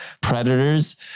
predators